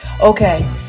Okay